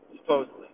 supposedly